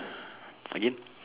again